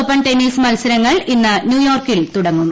open tennis മത്സരങ്ങൾ ഇന്ന് ന്യൂയോർക്കിൽ തുടങ്ങും